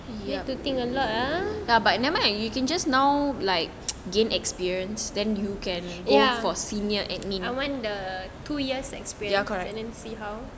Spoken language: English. you need to think a lot ah ya I want the two years experience and then see how